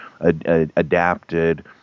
adapted